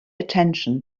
attention